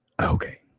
Okay